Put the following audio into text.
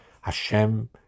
Hashem